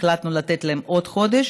החלטנו לתת להם עוד חודש,